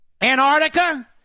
Antarctica